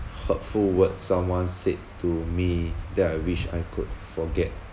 hurtful words someone said to me that I wish I could forget